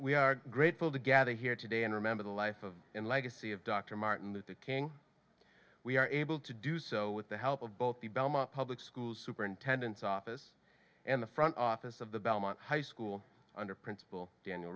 we are grateful to gather here today and remember the life of and legacy of dr martin luther king we are able to do so with the help of both the belmont public school superintendent's office and the front office of the belmont high school under principal daniel